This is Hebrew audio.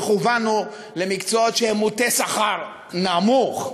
וכוונו למקצועות שהם מוטי שכר נמוך.